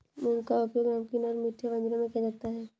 मूंग का उपयोग नमकीन और मीठे व्यंजनों में किया जाता है